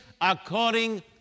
according